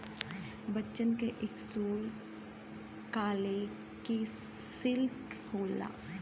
बच्चन की school college की सिल्क होला